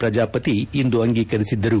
ಪ್ರಜಾಪತಿ ಇಂದು ಅಂಗೀಕರಿಸಿದ್ದರು